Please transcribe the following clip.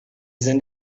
sind